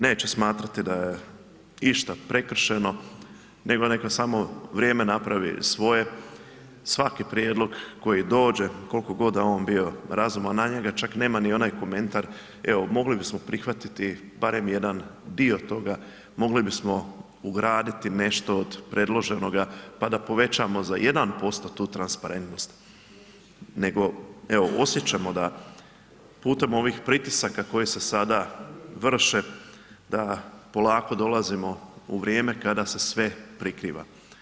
Neće smatrati da je išta prekršeno nego neka samo vrijeme napravi svoje, svaki prijedlog koji dođe, koliko god da on bio razuman, na njega čak nema ni onaj komentar evo mogli bismo prihvatiti barem jedan dio toga, mogli bismo ugraditi nešto od predloženoga pa da povećamo za 1% tu transparentnost nego evo osjećamo da putem ovih pritisaka koji se sada vrše da polako dolazimo u vrijeme se sve prikriva.